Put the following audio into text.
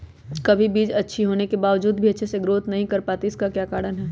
कभी बीज अच्छी होने के बावजूद भी अच्छे से नहीं ग्रोथ कर पाती इसका क्या कारण है?